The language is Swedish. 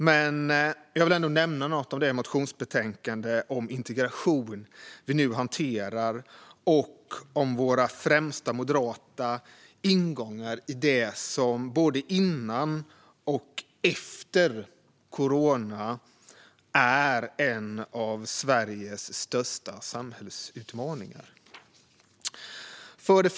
Men jag vill ändå nämna något om det motionsbetänkande om integration som vi nu hanterar och om våra främsta moderata ingångar i det som både före och efter corona är en av Sveriges största samhällsutmaningar. Fru talman!